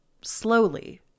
slowly